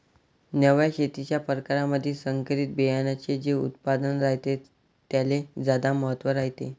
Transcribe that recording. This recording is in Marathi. नव्या शेतीच्या परकारामंधी संकरित बियान्याचे जे उत्पादन रायते त्याले ज्यादा महत्त्व रायते